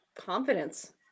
confidence